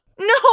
No